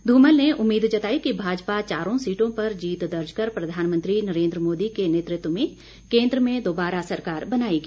धूमल ने उम्मीद जताई कि भाजपा चारों सीटों पर जीत दर्ज कर प्रधानमंत्री नरेन्द्र मोदी के नेतृत्व में केन्द्र में दोबारा सरकार बनाएगी